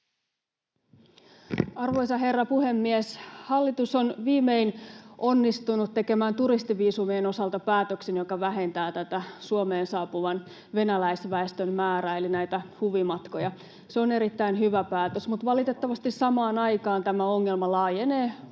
Arvoisa herra puhemies! Hallitus on viimein onnistunut tekemään turistiviisumien osalta päätöksen, joka vähentää tätä Suomeen saapuvan venäläisväestön määrää eli näitä huvimatkoja. Se on erittäin hyvä päätös. Mutta valitettavasti samaan aikaan tämä ongelma laajenee muille